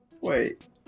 Wait